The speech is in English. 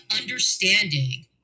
understanding